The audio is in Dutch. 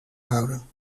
houden